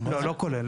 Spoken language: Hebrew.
לא, לא כולל.